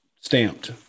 stamped